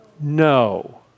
No